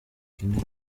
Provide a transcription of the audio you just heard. ine